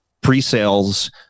pre-sales